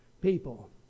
people